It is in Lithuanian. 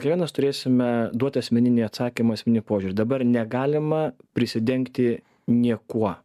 kiekvienas turėsime duot asmeninį atsakymą asmeninį požiūrį dabar negalima prisidengti niekuo